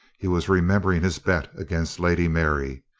he was remembering his bet against lady mary,